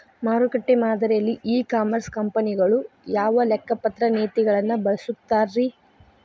ಮಾರುಕಟ್ಟೆ ಮಾದರಿಯಲ್ಲಿ e commerce ಕಂಪನಿಗಳು ಯಾವ ಲೆಕ್ಕಪತ್ರ ನೇತಿಗಳನ್ನ ಬಳಸುತ್ತಾರಿ?